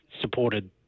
supported